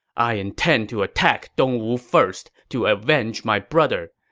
i intend to attack dongwu first to avenge my brother.